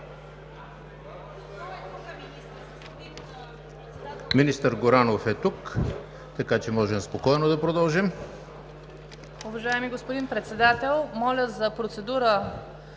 Министър Горанов е тук, така че можем спокойно да продължим.